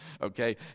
Okay